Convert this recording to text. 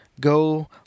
Go